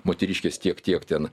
moteriškės tiek tiek ten